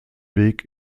weg